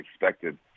expected